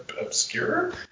obscure